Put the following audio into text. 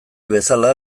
bezala